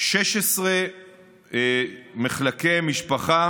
16 מחלקי משפחה